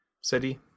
City